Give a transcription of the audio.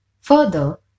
Further